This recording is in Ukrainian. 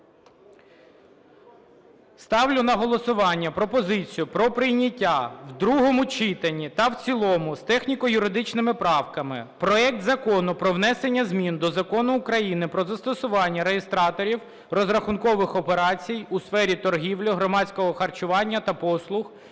Ставлю на голосування пропозицію про прийняття в другому читанні та в цілому з техніко-юридичними правками проект Закону про внесення змін до Закону України "Про застосування реєстраторів розрахункових операцій у сфері торгівлі, громадського харчування та послуг"